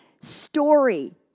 story